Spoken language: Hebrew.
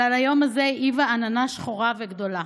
אבל על היום הזה העיבה עננה שחורה וגדולה.